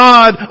God